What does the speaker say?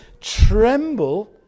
tremble